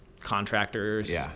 contractors